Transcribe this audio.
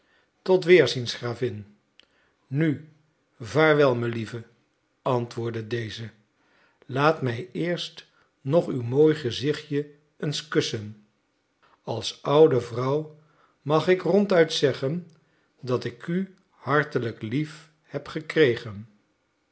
tot weerziens gravin nu vaarwel melieve antwoordde deze laat mij eerst nog uw mooi gezichtje eens kussen als oude vrouw mag ik ronduit zeggen dat ik u hartelijk lief heb gekregen